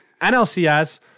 NLCS